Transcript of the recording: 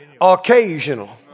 Occasional